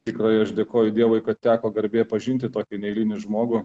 tikrai aš dėkoju dievui kad teko garbė pažinti tokį neeilinį žmogų